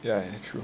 ya ya true